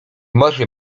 może